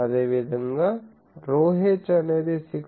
అదేవిధంగా ρh అనేది 6